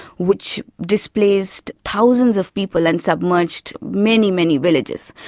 which displaced thousands of people and submerged many, many villages.